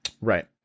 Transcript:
Right